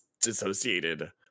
dissociated